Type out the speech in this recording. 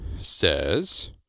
says